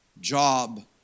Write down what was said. job